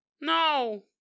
No